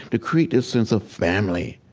to create this sense of family,